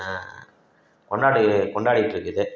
கொண்டாடி கொண்டாடிகிட்ருக்குது